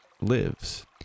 lives